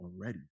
already